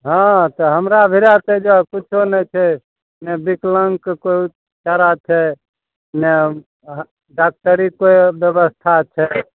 हँ तऽ हमरा भिड़ा तऽ एहिजा किच्छो नहि छै नहि बिकलाँगके कोइ चारा छै ने डाक्टरी कोइ व्वयस्था छै